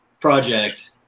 project